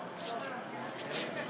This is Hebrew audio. אני מתכבד